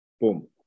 Boom